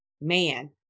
man